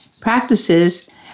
practices